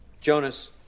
Jonas